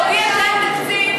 הודיעה שאין תקציב,